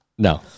No